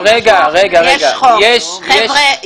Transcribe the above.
חבר'ה,